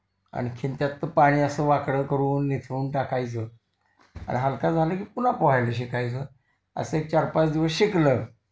आणखीन त्यात पाणी असं वाकडं करून निथळून टाकायचं आणि हलका झालं की पुन्हा पोहायला शिकायचं असं एक चार पाच दिवस शिकलं